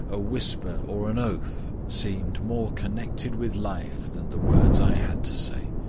a whisper or an oath, seemed more connected with life than the words i had to say.